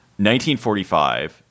1945